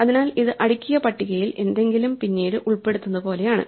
അതിനാൽ ഇത് അടുക്കിയ പട്ടികയിൽ എന്തെങ്കിലും പിന്നീട് ഉൾപ്പെടുത്തുന്നതുപോലെയാണ്